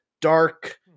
dark